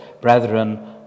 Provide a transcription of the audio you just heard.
brethren